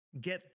get